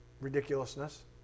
ridiculousness